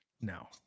No